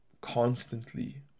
constantly